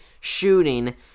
shooting